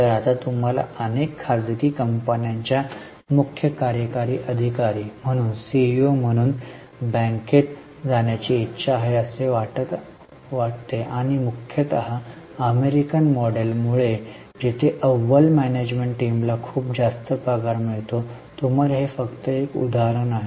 तर आता तुम्हाला अनेक खासगी कंपन्यांच्या मुख्य कार्यकारी अधिकारी म्हणून सीईओ म्हणून बँकेत जाण्याची इच्छा आहे असे वाटते आणि हे मुख्यत अमेरिकन मॉडेलमुळे जिथे अव्वल मॅनेजमेंट टीमला खूप जास्त पगार मिळतो तुम्हाला हे फक्त एक उदाहरण होते